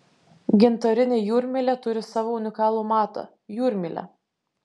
gintarinė jūrmylė turi savo unikalų matą jūrmylę